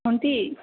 ভণ্টি